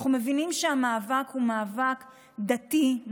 אנחנו מבינים שהמאבק הוא מאבק דתי,